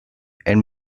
and